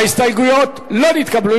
ההסתייגויות לא נתקבלו.